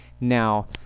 Now